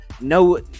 no